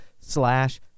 slash